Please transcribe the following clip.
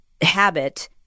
habit